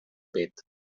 pet